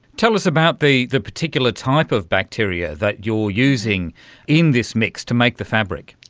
tell us about the the particular type of bacteria that you are using in this mix to make the fabric.